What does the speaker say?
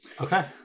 Okay